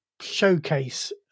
showcase